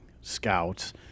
scouts